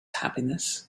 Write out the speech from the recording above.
happiness